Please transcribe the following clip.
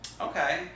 Okay